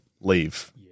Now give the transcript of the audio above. Leave